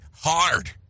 hard